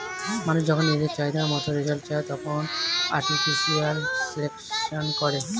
মানুষ যখন নিজের চাহিদা মতন রেজাল্ট চায়, তখন আর্টিফিশিয়াল সিলেকশন করে